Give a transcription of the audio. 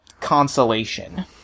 consolation